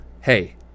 Hey